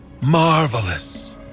Marvelous